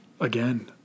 again